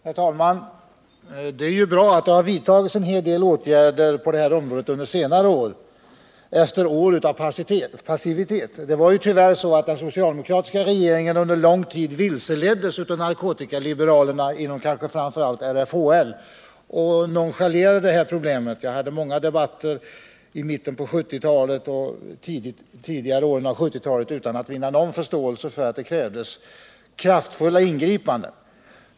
Herr talman! Det är ju bra att det har vidtagits en hel del åtgärder på det här området under senare tid, efter år av passivitet. Den socialdemokratiska regeringen vilseleddes under lång tid av narkotikaliberalerna, kanske framför allt inom RFHL, och nonchalerade detta problem. Jag deltog i många debatter i början och i mitten av 1970-talet utan att vinna någon förståelse för att det behövdes kraftfulla ingripanden.